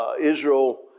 Israel